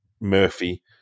Murphy